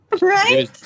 Right